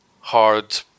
hard